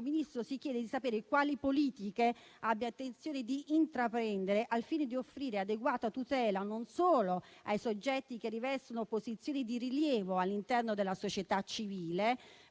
Ministro, si chiede di sapere quali politiche abbia intenzione di intraprendere al fine di offrire adeguata tutela non solo ai soggetti che rivestono posizioni di rilievo all'interno della società civile,